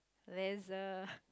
there's a